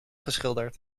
geschilderd